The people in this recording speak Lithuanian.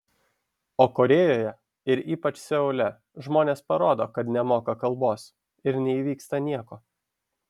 o korėjoje ir ypač seule žmonės parodo kad nemoka kalbos ir neįvyksta nieko